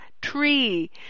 tree